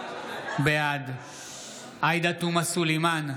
בעד עאידה תומא סלימאן,